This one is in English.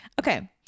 Okay